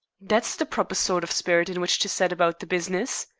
that's the proper sort of spirit in which to set about the business.